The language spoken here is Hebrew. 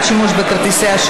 אורן,